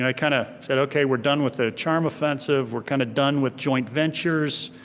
yeah kinda said okay we're done with the charm offensive, we're kind of done with joint ventures,